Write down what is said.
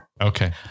Okay